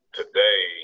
today